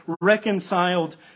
reconciled